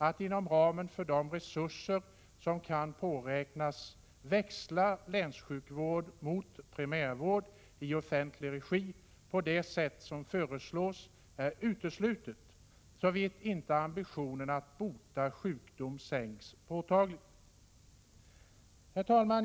Att inom ramen för de resurser som kan påräknas växla länssjukvård mot primärvård i offentlig regi på det sätt som föreslås är uteslutet för så vitt inte ambitionen att bota sjukdom sänks påtagligt.” Herr talman!